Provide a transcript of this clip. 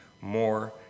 more